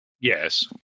Yes